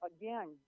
again